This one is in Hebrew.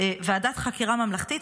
ועדת חקירה ממלכתית,